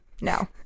no